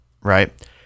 right